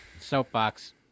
soapbox